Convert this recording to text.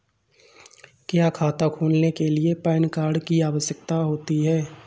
क्या खाता खोलने के लिए पैन कार्ड की आवश्यकता होती है?